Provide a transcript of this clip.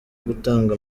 gutanga